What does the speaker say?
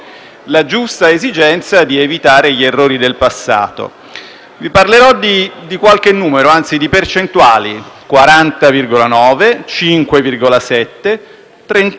Vi parlerò di qualche numero, anzi di percentuali: 40,9, 5,7, 31,9 e 6,7. Cosa sono queste percentuali?